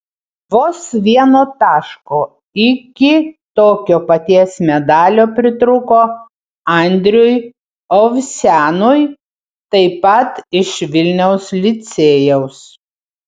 vos vieno taško iki tokio paties medalio pritrūko andriui ovsianui taip pat iš vilniaus licėjaus